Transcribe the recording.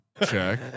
Check